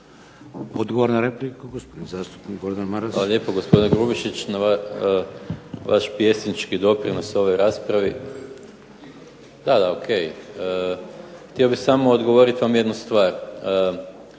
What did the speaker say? Odgovor na repliku, gospodin zastupnik Gordan Maras.